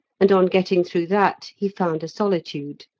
and on getting through that he found a solitude.